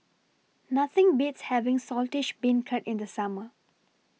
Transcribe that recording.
Nothing Beats having Saltish Beancurd in The Summer